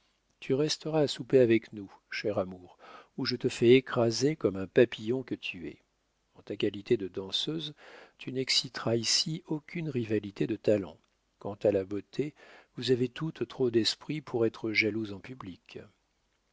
tu resteras à souper avec nous cher amour ou je te fais écraser comme un papillon que tu es en ta qualité de danseuse tu n'exciteras ici aucune rivalité de talent quant à la beauté vous avez toutes trop d'esprit pour être jalouses en public